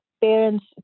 parents